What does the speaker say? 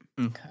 Okay